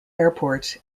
airport